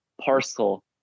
parcel